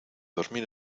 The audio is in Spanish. dormir